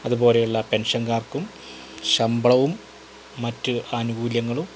അത് പോലെയുള്ള പെൻഷൻകാർക്കും ശമ്പളവും മറ്റ് ആനുകൂല്യങ്ങളും